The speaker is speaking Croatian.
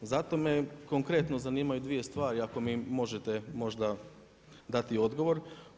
Zato me konkretno zanimaju dvije stvari ako mi može možda dati odgovor.